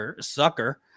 Sucker